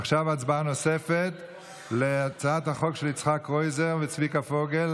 עכשיו הצבעה נוספת הצעת החוק של יצחק קרויזר וצביקה פוגל,